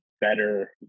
better